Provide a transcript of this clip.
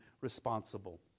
responsible